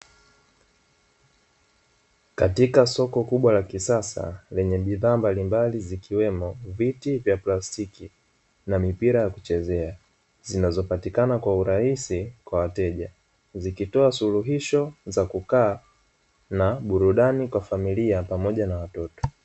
Katika soko kubwa la kisasa lenye bidhaa mbalimbali zikiwemo viti vya plastiki na mipira ya kuchezea, zinazopatikana kwa urahisi kwa wateja. Zikitoa suluhisho za kukaa na burudani kwa familia pamoja na watoto.